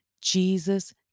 Jesus